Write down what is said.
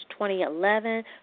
2011